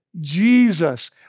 Jesus